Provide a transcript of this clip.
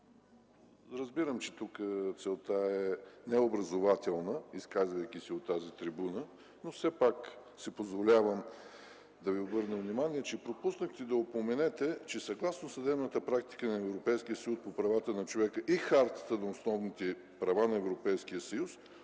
разбирам, че тук целта е не образователна, изказвайки се от тази трибуна, но все пак си позволявам да Ви обърна внимание, че пропуснахте да упоменете, че съгласно съдебната практика на Европейския съюз по правата на човека и Хартата на основните права на Европейския съюз,